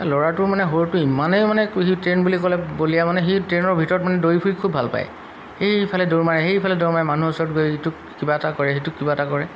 ল'ৰাটো মানে সৰুটো ইমানেই মানে সি ট্ৰেইন বুলি ক'লে বলিয়া মানে সেই ট্ৰেইনৰ ভিতৰত মানে দৌৰি ফুৰি খুব ভাল পায় সেইফালে দৌৰ মাৰে সেইফালে দৌৰ মাৰে মানুহৰ ওচৰত গৈ সিটোক কিবা এটা কৰে সেইটোক কিবা এটা কৰে